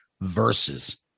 verses